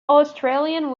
australian